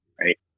right